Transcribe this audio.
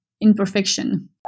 imperfection